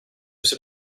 after